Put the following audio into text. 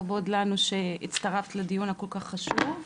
כבוד לנו שהצטרפת לדיון הכל כך חשוב.